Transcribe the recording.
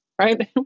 Right